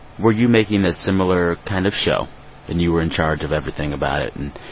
were you making a similar kind of show and you were in charge of everything about it and